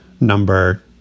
number